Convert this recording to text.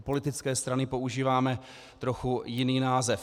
U politické strany používáme trochu jiný název.